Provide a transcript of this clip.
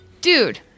Dude